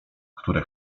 które